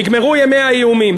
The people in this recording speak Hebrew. נגמרו ימי האיומים.